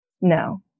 No